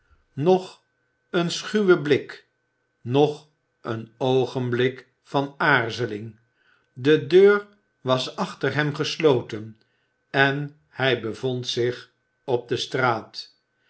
nog een schuwe blik nog een oogenblik van aarzeling de deur was achter hem gesloten en hij bevond zich op de straat